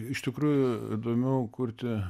iš tikrųjų įdomiau kurti